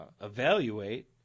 evaluate